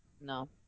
no